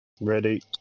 Ready